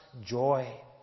joy